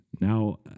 Now